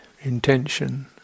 intention